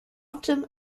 often